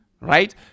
Right